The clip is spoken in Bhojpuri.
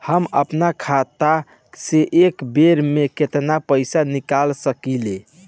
हम आपन खतवा से एक बेर मे केतना पईसा निकाल सकिला?